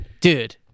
dude